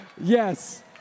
Yes